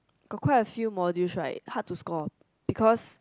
got quite a few modules right hard to score because